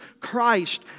Christ